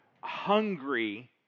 hungry